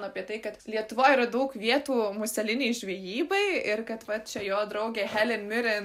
apie tai kad lietuvoje yra daug vietų muselinei žvejybai ir kad vat čia jo draugė heli mirin